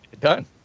Done